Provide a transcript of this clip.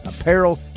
apparel